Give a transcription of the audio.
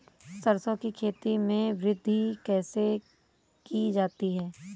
सरसो की खेती में वृद्धि कैसे की जाती है?